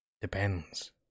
depends